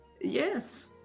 Yes